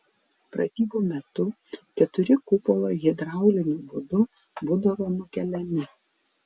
pratybų metu keturi kupolai hidrauliniu būdu būdavo nukeliami